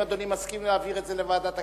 אדוני מסכים להעביר את זה לוועדת הכלכלה?